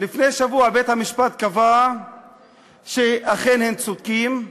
לפני שבוע, בית-המשפט קבע שאכן הם צודקים,